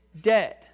dead